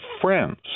friends